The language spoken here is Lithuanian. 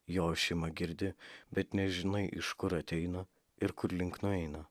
jo ošimą girdi bet nežinai iš kur ateina ir kurlink nueina